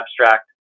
abstract